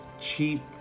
cheap